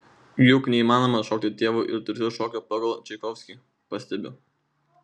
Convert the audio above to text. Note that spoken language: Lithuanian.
juk neįmanoma šokti tėvo ir dukters šokio pagal čaikovskį pastebiu